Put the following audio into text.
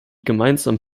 gemeinsamen